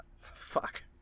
Fuck